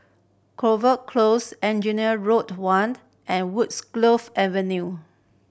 Close Engineer Road one and Woodgroves Avenue